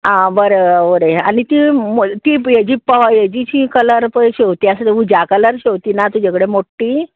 आं बरें उडया आनी ती ती हेजी प हेजीशी कलर पळय शेंवतीं आसा ती उज्या कलर शेंवतीं ना तुज्या कडे मोट्टी